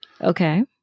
Okay